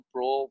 Pro